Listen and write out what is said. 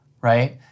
right